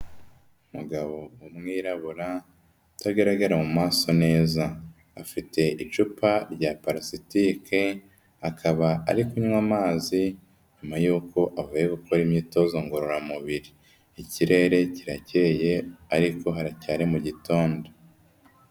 Umugabo w'umwirabura utagaragara mu maso neza, afite icupa rya parasitike akaba ari kunywa amazi nyuma yuko avuye gukora imyitozo ngororamubiri, ikirere kiracyeye ariko haracyari mu gitondo.